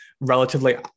relatively